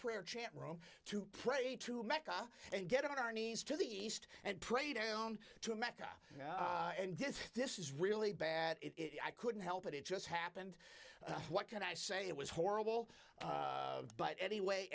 prayer chant room to pray to mecca and get on our knees to the east and pray down to mecca and just this is really bad it i couldn't help it it just happened what can i say it was horrible but anyway